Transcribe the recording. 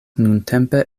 nuntempe